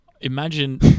Imagine